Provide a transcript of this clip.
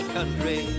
Country